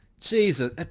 Jesus